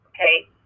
Okay